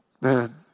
Man